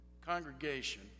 Congregation